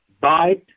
bite